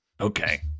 Okay